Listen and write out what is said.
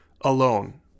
alone